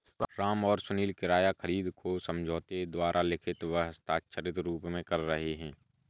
राम और सुनील किराया खरीद को समझौते द्वारा लिखित व हस्ताक्षरित रूप में कर रहे हैं